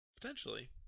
potentially